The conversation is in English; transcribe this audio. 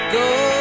go